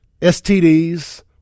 STDs